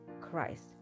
Christ